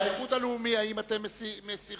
האיחוד הלאומי, האם אתם מסירים?